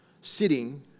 sitting